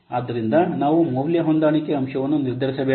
ಆದ್ದರಿಂದ ನಾವು ಮೌಲ್ಯ ಹೊಂದಾಣಿಕೆ ಅಂಶವನ್ನು ನಿರ್ಧರಿಸಬೇಕು